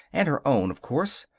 and her own, of course,